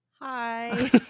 Hi